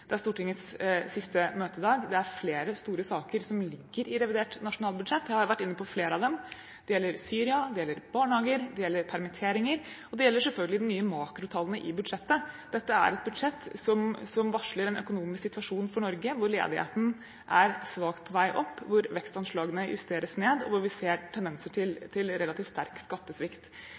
Det er Stortingets siste møtedag. Det er flere store saker som ligger i revidert nasjonalbudsjett. Jeg har vært inne på flere av dem: Det gjelder Syria, barnehager og permitteringer, og det gjelder selvfølgelig de nye makrotallene i budsjettet. Dette er et budsjett som varsler en økonomisk situasjon for Norge hvor ledigheten er svakt på vei opp, hvor vekstanslagene justeres ned, og hvor vi ser tendenser til relativt sterk skattesvikt.